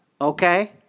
Okay